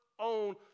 own